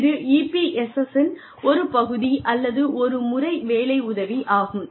இது EPSS இன் ஒரு பகுதி அல்லது ஒரு முறை வேலை உதவி ஆகும்